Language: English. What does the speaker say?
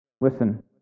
listen